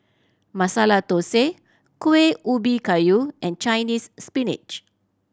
Masala Thosai Kueh Ubi Kayu and Chinese Spinach